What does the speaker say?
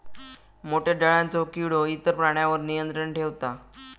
मोठ्या डोळ्यांचो किडो इतर प्राण्यांवर नियंत्रण ठेवता